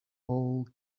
all